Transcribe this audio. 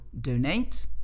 donate